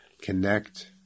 connect